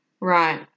Right